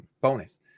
bonus